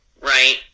right